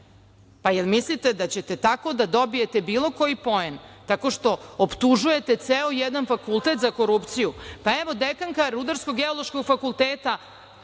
Jel mislite da ćete tako da dobijete bilo koji poen, tako što optužujete ceo jedan fakultet za korupciju? Dekanka Rudarsko-geološkog fakulteta